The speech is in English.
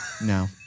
no